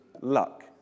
luck